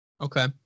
Okay